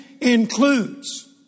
includes